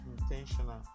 intentional